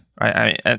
right